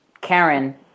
Karen